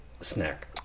snack